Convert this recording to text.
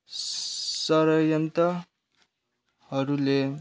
षड्यन्त्रहरूले